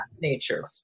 nature